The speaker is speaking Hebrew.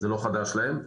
זה לא חדש להם.